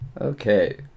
Okay